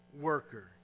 worker